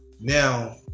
now